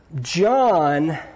John